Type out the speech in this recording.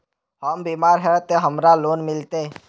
हम बीमार है ते हमरा लोन मिलते?